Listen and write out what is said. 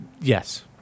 Yes